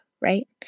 right